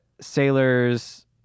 sailors